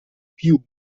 più